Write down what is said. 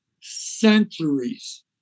centuries